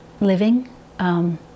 living